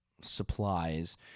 supplies